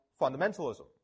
fundamentalism